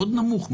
מאוד נמוך,